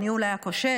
אני אולי הכושל,